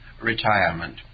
retirement